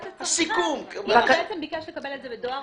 אם הוא ביקש לקבל את זה בדואר,